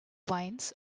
wines